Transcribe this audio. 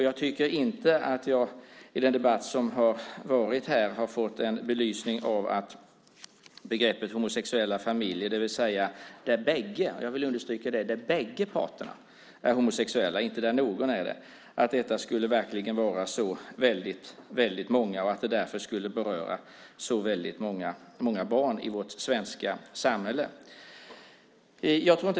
Jag tycker inte att jag har fått någon belysning av uppfattningen att antalet homosexuella familjer, det vill säga familjer där bägge parterna - inte bara den ena parten - är homosexuella, skulle vara så väldigt många och att detta därför skulle beröra så många barn i vårt svenska samhälle.